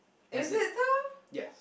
is it so